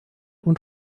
und